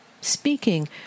speaking